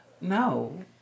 no